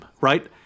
right